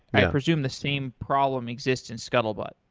i presume the same problem exists in scuttlebutt.